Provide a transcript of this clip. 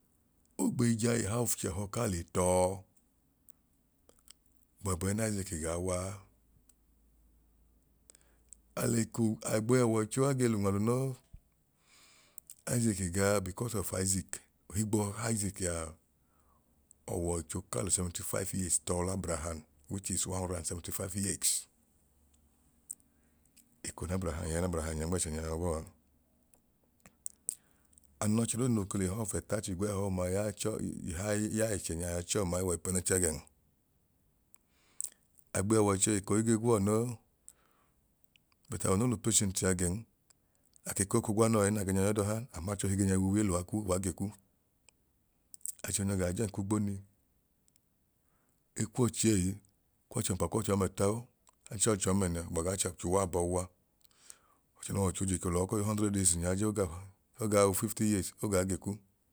Ogbei jaa ihayi ofchẹhọ kaa le tọọ gbọbu ẹẹ n'isaaki gaa waa. Aleko agbey'ọwọicho agee l'unwalu noo, isaaki gaa because of isaac ohigbo isaak aa ọwọicho kaa lu 75 years tọọ l'abraham which is one hundred and seventy five years. Eko n'abraham ya n'abraham nyẹ nmẹ ẹchẹnyaa yabọọa an ọchẹ dooduma noo ke l'ihayi ofẹtachigwẹẹhọ ọọma ya chọi ihayi ya ẹchẹ nyaa ọchọọma iwọipẹnẹnchẹ gẹn. Agbey'ọwọicho eko ige guwọ non but awọ no l'upatient a gẹn akeko oku gwanọọ ẹẹ na ke nyọ y'ọdọha amaachohi ege nyọ w'uwi eluwa kwu uwa gekwu, achohi nyọ gaa join k'ogboni ekwocheyi kw'ọchọmpa kwọọmẹta chẹẹ ọchẹ ọmẹnẹ chẹ ọgba ga chuwa abohiwa ọchẹ n'ọwọicho j'eko lọọ koo yu hundred years ajeya ogau 50 years ogaa gekwu